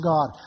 God